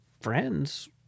friends